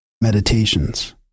Meditations